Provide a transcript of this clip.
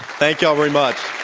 thank you all very much.